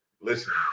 listen